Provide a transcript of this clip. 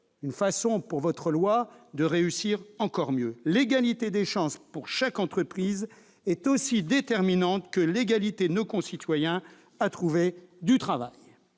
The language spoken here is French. Votre loi pourra ainsi réussir encore mieux. L'égalité des chances pour chaque entreprise est aussi déterminante que l'égalité de nos concitoyens pour trouver du travail